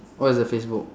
what's her facebook